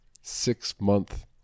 six-month